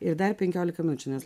ir dar penkiolika minučių nes